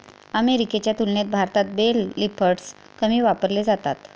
अमेरिकेच्या तुलनेत भारतात बेल लिफ्टर्स कमी वापरले जातात